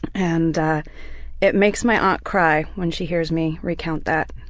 and it makes my aunt cry when she hears me recount that,